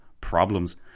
problems